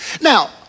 Now